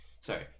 Sorry